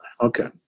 okay